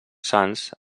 sants